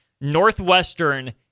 Northwestern